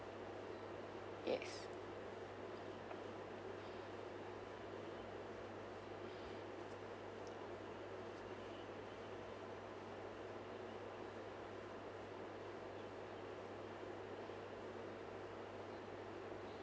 yes